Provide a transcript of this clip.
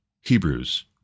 Hebrews